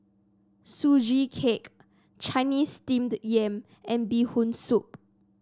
Sugee Cake Chinese Steamed Yam and Bee Hoon Soup